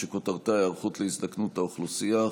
שכותרתה: היערכות להזדקנות האוכלוסייה.